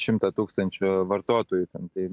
šimtą tūkstančių vartotojų ten tai